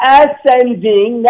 ascending